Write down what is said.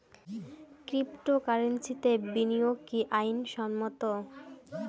ক্রিপ্টোকারেন্সিতে বিনিয়োগ কি আইন সম্মত?